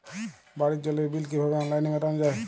বাড়ির জলের বিল কিভাবে অনলাইনে মেটানো যায়?